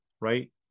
right